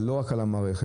לא רק על המערכת.